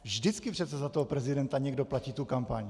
Vždycky přece za toho prezidenta někdo platí tu kampaň.